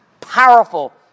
powerful